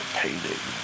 painting